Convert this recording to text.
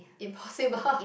impossible